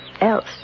else